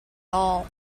all